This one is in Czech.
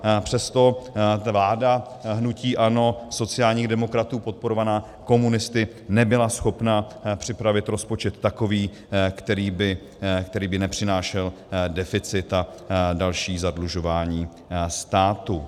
A přesto vláda hnutí ANO, sociálních demokratů podporovaná komunisty nebyla schopna připravit rozpočet takový, který by nepřinášel deficit a další zadlužování státu.